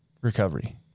recovery